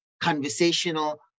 conversational